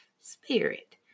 spirit